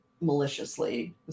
maliciously